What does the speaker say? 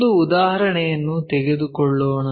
ಒಂದು ಉದಾಹರಣೆಯನ್ನು ತೆಗೆದುಕೊಳ್ಳೋಣ